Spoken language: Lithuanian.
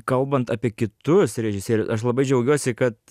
kalbant apie kitus režisierius aš labai džiaugiuosi kad